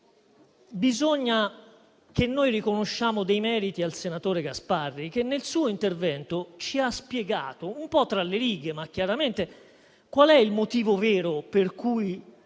dobbiamo riconoscere dei meriti al senatore Gasparri, che nel suo intervento ci ha spiegato, un po' tra le righe, ma chiaramente, il motivo vero per cui